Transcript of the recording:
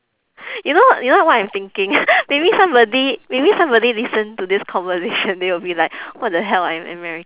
you know you know what I'm thinking maybe somebody maybe somebody listen to this conversation they will be like what the hell I'm ameri~